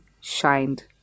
shined